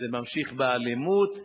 זה ממשיך באלימות,